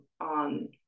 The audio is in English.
on